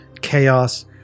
chaos